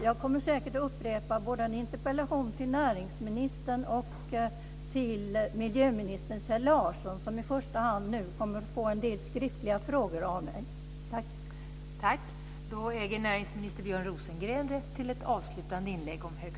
Jag kommer säkert att komma tillbaka med interpellationer både till näringsministern och till miljöminister Kjell Larsson, som nu i första hand kommer att få en del skriftliga frågor av mig.